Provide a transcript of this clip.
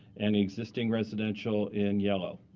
and the existing residential in yellow.